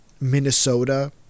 Minnesota